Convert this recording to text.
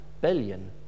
billion